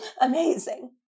Amazing